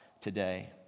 today